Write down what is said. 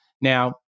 Now